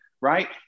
right